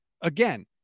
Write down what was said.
Again